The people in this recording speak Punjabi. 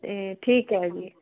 ਅਤੇ ਠੀਕ ਹੈ ਜੀ